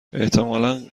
احتمال